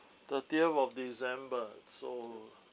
thirtieth of december so